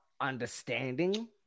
understanding